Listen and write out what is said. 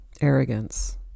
arrogance